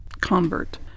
convert